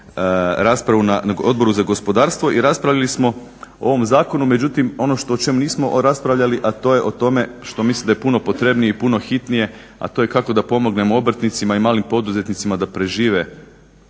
raspravu na Odboru za gospodarstvo i raspravili smo o ovom zakonu. Međutim, ono o čem nismo raspravljali, a to je o tome što mislim da je puno potrebnije i puno hitnije a to je kako da pomognemo obrtnicima i malim poduzetnicima da prežive